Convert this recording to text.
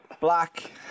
Black